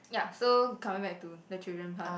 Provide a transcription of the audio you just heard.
ya so coming back to the children part